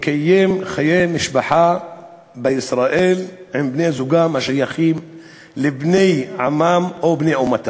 לא מתאים לנו ככה לנהל בנק של מידע כאשר המשרד למודיעין בא וגמגם שם.